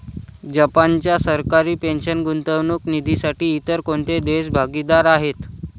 जपानच्या सरकारी पेन्शन गुंतवणूक निधीसाठी इतर कोणते देश भागीदार आहेत?